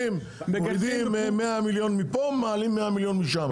מורידים 100 מיליון מפה, מעלים 100 מיליון משם.